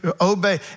obey